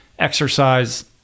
exercise